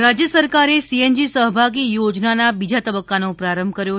મૂખ્ય મંત્રી રાજ્ય સરકારે સીએનજી સહભાગી યોજનાના બીજા તબક્કાનો પ્રારંભ કરાવ્યો